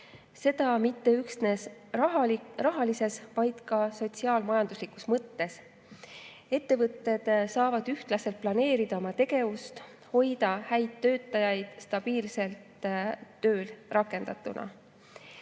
seda mitte üksnes rahalises, vaid ka sotsiaal-majanduslikus mõttes. Ettevõtted saavad ühtlaselt planeerida oma tegevust ning hoida häid töötajaid stabiilselt tööle rakendatuna. Järgmise